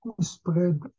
spread